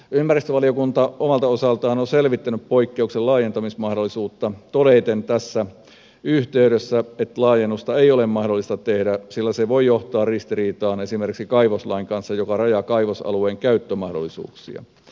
ympäristövaliokunta omalta osaltaan on selvittänyt poikkeuksen laajentamismahdollisuutta todeten että tässä yhteydessä laajennusta ei ole mahdollista tehdä sillä se voi johtaa ristiriitaan esimerkiksi kaivoslain kanssa joka rajaa kaivosalueen käyttömahdollisuuksia